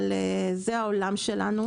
אבל זה העולם שלנו.